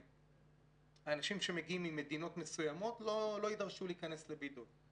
והאנשים שמגיעים ממדינות מסוימות לא יידרשו להיכנס לבידוד.